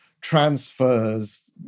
transfers